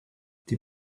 die